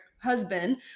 husband